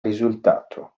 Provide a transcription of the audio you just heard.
risultato